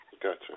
Gotcha